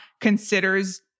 considers